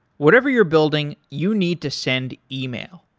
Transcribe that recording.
whatever you're building, you need to send yeah e-mail.